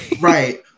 Right